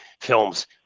films